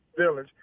village